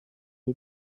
die